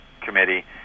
Committee